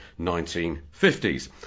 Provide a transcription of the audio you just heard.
1950s